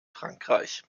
frankreich